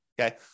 Okay